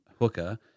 hooker